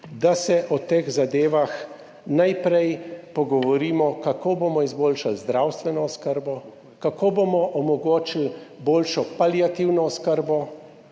da se o teh zadevah najprej pogovorimo, kako bomo izboljšali zdravstveno oskrbo, kako bomo omogočili boljšo paliativno oskrbo,